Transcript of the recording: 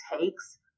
takes